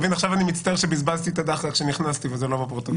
עכשיו אני מצטער שבזבזתי את זה כשנכנסתי וזה לא בפרוטוקול.